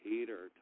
Peter